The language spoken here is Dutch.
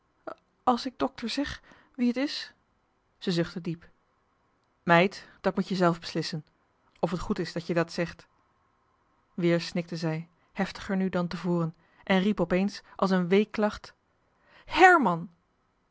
a's ik dokter seg wie it is zij zuchtte diep meid dat moet je zelf beslissen of het goed is dat je dat zegt weer snikte zij heftiger nu dan te voren en riep op eens als een weeklacht herman